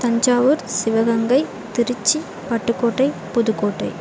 Thanjavur Sivaganga Trichy Pattukkottai Pudukkottai